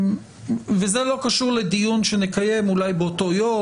וזה לא קשור לדיון שנקיים אולי באותו יום,